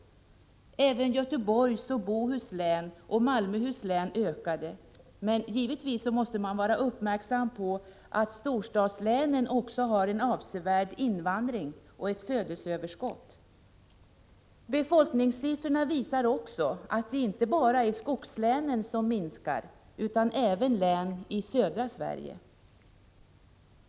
Även befolkningen i Göteborgs och Bohus län samt i Malmöhus län ökade. Men givetvis måste man vara uppmärksam på att storstadslänen har en avsevärd invandring och ett födelseöverskott. Befolkningssiffrorna visar också att det inte bara är i skogslänen som befolkningen minskar. Även befolkningen i län i södra Sverige minskar.